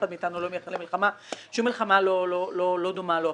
אף אחד מאתנו לא מייחל למלחמה לא דומה לזה.